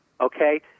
okay